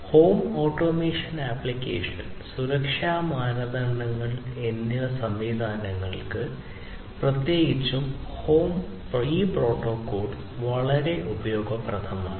home automation application സുരക്ഷാ സംവിധാനങ്ങൾ എന്നിവയ്ക്ക് പ്രത്യേകിച്ചും പ്രോട്ടോക്കോൾ ഉപയോഗപ്രദമാണ്